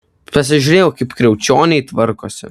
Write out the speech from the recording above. pasižiūrėjau kaip kriaučioniai tvarkosi